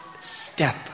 step